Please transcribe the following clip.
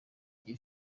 iyi